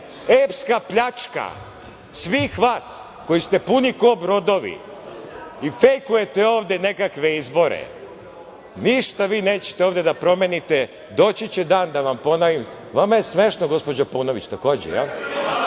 epska pljačka svih vas koji ste puni kao brodovi i fejkujete ovde nekakve izbore. Ništa vi nećete ovde da promenite, doći će dan da vam ponovim, vama je smešno gospođo Paunović, takođe.